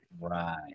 Right